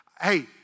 Hey